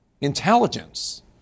intelligence